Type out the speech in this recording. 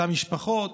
אותן משפחות,